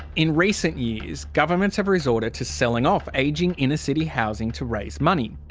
in recent years, governments have resorted to selling off ageing inner city housing to raise money.